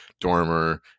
Dormer